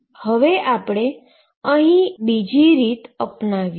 હવે આપણે એક બીજી રીત અપનાવીએ